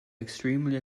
extremely